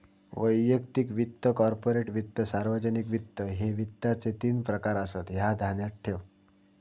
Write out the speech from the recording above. वैयक्तिक वित्त, कॉर्पोरेट वित्त, सार्वजनिक वित्त, ह्ये वित्ताचे तीन प्रकार आसत, ह्या ध्यानात ठेव